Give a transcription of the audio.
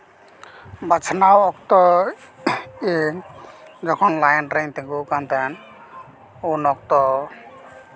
ᱵᱟᱪᱷᱱᱟᱣ ᱚᱠᱛᱚ ᱤᱧ ᱡᱚᱠᱷᱚᱱ ᱞᱟᱭᱤᱱ ᱨᱮᱧ ᱛᱤᱸᱜᱩ ᱠᱟᱱ ᱛᱟᱦᱮᱱ ᱩᱱ ᱚᱠᱛᱚ